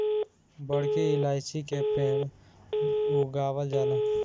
बड़की इलायची के पेड़ उगावल जाला